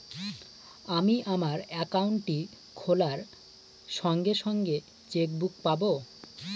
আমি আমার একাউন্টটি খোলার সঙ্গে সঙ্গে চেক বুক পাবো?